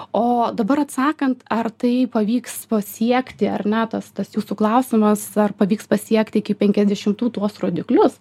o dabar atsakant ar tai pavyks pasiekti ar ne tas tas jūsų klausimas ar pavyks pasiekti iki penkiasdešimtų tuos rodiklius